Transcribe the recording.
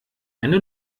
eine